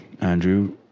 Andrew